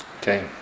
Okay